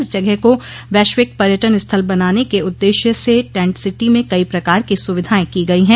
इस जगह को वैश्विक पर्यटन स्थल बनाने के उद्देश्य से टैंट सिटी में कई प्रकार की सुविधाएं की गई है